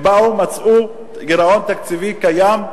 הם באו, מצאו גירעון תקציבי קיים,